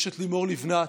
יש את לימור לבנת,